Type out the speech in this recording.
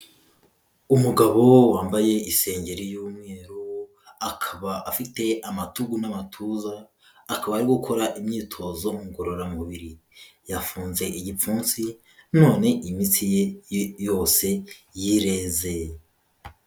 Umugabo wambaye insengeri y'umweru, akaba afite amatugu n'amatuza, akaba ari gukora imyitozo ngororamubiri, yafunze igipfunsi none imitsi ye yose yirezeye.